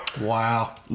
Wow